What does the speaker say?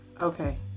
Okay